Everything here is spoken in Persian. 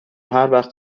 هروقت